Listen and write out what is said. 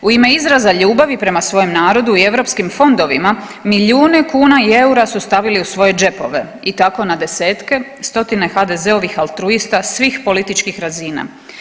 U ime izraza ljubavi prema svojem narodu i europskim fondovima milijune kuna i eura su stavili u svoje džepove i tako na desetke, stotine HDZ-ovih altruista svih političkih razina.